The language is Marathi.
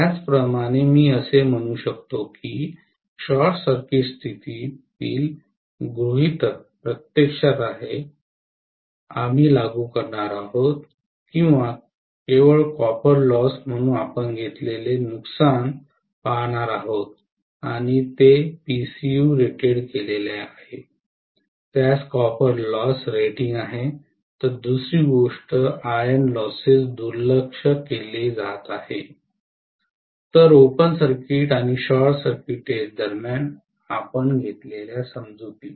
त्याचप्रमाणे मी असे म्हणू शकतो की शॉर्ट सर्किट स्थितीतील गृहितक प्रत्यक्षात आहे आम्ही लागू करणार आहोत किंवा केवळ कॉपर लॉस म्हणून आपण घेतलेले नुकसान पाहणार आहोत आणि ते PCU रेटेड केलेले आहे त्यास कॉपर लॉस रेटिंग आहे तर दुसरी गोष्ट आयर्न लॉसेस दुर्लक्ष केले जात आहे तर ओपन सर्किट टेस्ट आणि शॉर्टकट सर्किट टेस्ट दरम्यान आपण घेतलेल्या समजुती